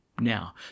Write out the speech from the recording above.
Now